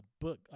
book